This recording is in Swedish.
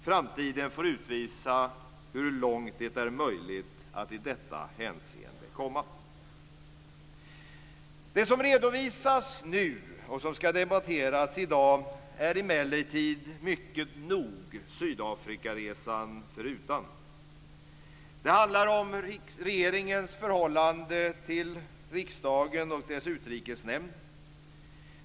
Framtiden får utvisa hur långt det är möjligt att i detta hänseende komma. Det som redovisas nu och som ska debatteras i dag är emellertid mycket nog, Sydafrikaresan förutan. Det handlar om regeringens förhållande till riksdagen och dess utrikesnämnd.